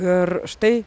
ir štai